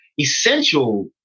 essential